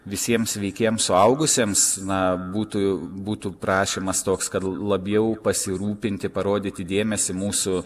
visiems sveikiems suaugusiems na būtų būtų prašymas toks kad labiau pasirūpinti parodyti dėmesį mūsų